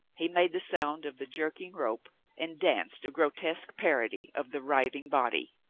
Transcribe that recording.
he made the sound of the jerking rope and danced a grotesque parody of the writhing body.